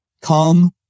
come